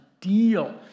deal